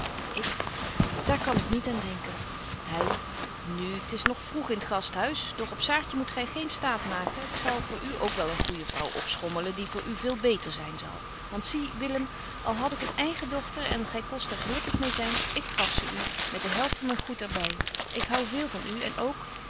ik daar kan ik niet aan denken hy nu t is nog vroeg in t gasthuis doch op saartje moet gy geen staat maken ik zal voor u ook wel een goeje vrouw opschommelen en die voor u veel beter zyn zal want zie willem al had ik een eige dochter en gy kost er gelukkig meê zyn ik gaf ze u met de helft van myn goed er by ik hou veel van u en ook